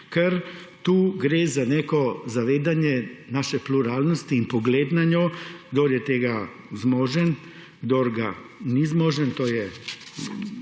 ker tukaj gre za neko zavedanje naše pluralnosti in pogleda na njo, kdo je tega zmožen, kdo ni zmožen, to je